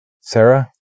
Sarah